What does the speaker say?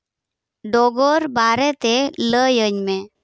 ᱰᱚᱜᱚᱨ ᱵᱟᱨᱮ ᱛᱮ ᱞᱟᱹᱭ ᱟᱹᱧ ᱢᱮ